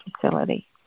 facility